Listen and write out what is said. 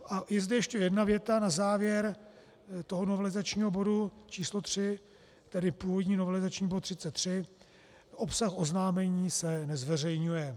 A je zde ještě jedna věta na závěr novelizačního bodu číslo tři, tedy původní novelizační bod 33 obsah oznámení se nezveřejňuje.